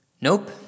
Nope